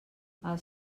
els